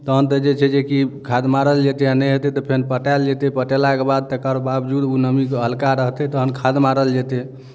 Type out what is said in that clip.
तहन तऽ जे छै जे कि खाद मारल जेतै आ नहि हेतै तऽ फेर पटायल जेतै पटेलाके बाद तकर बावजूद ओ नमी हल्का रहतै तखन खाद मारल जेतै